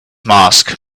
mask